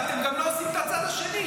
ואתם גם לא עושים את הצד השני.